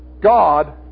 God